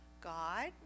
God